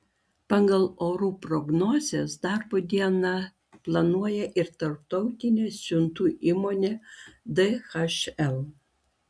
pagal orų prognozes darbo dieną planuoja ir tarptautinė siuntų įmonė dhl